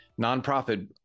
nonprofit